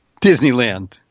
Disneyland